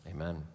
Amen